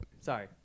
Sorry